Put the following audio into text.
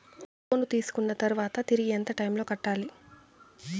లోను తీసుకున్న తర్వాత తిరిగి ఎంత టైములో కట్టాలి